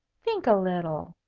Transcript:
think a little.